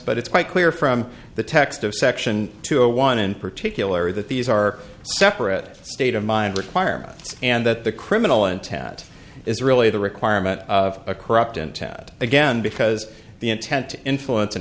but it's quite clear from the text of section two one in particular that these are separate state of mind requirements and that the criminal intent is really the requirement of a corrupt and tat again because the intent to influence an